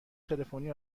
تلفنی